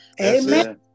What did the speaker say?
amen